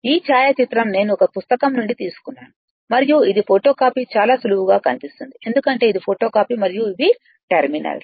ఈ ఛాయాచిత్రం నేను ఒక పుస్తకం నుండి తీసుకున్నాము మరియు ఇది ఫోటోకాపీ చాలా నలుపుగా కనిపిస్తుంది ఎందుకంటే ఇది ఫోటోకాపీ మరియు ఇవి టెర్మినల్స్